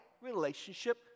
relationship